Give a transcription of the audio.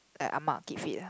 like ah ma keep fit ah